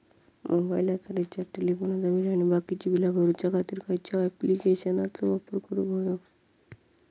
मोबाईलाचा रिचार्ज टेलिफोनाचा बिल आणि बाकीची बिला भरूच्या खातीर खयच्या ॲप्लिकेशनाचो वापर करूक होयो?